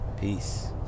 Peace